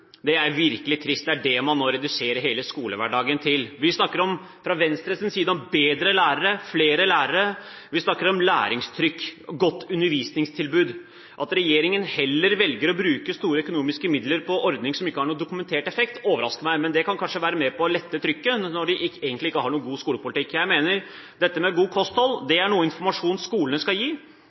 Det er virkelig trist. Det er det man reduserer hele skolehverdagen til. Vi i Venstre snakker om bedre lærere, flere lærere, og vi snakker om læringstrykk og et godt undervisningstilbud. At regjeringen heller velger å bruke store økonomiske midler på ordninger som ikke har noen dokumentert effekt, overrasker meg, men det kan kanskje være med på å lette trykket – når den egentlig ikke har noen god skolepolitikk. Jeg mener at dette med godt kosthold er noe skolene skal gi